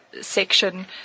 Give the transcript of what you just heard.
section